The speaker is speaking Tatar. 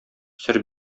сер